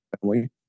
family